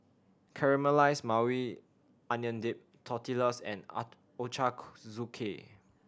Caramelized Maui Onion Dip Tortillas and